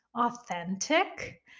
authentic